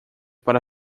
para